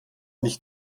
nicht